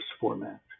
format